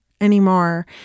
anymore